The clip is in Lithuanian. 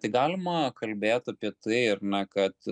tai galima kalbėt apie tai ar ne kad